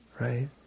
right